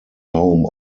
home